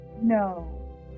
No